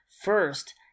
first